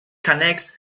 connects